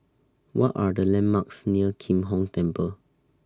What Are The landmarks near Kim Hong Temple